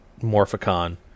Morphicon